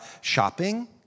shopping